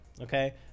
okay